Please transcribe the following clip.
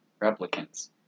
replicants